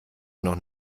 noch